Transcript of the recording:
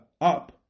up